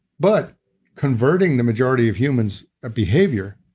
but converting the majority of human's behavior